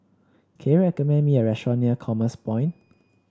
can you recommend me a restaurant near Commerce Point